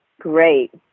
Great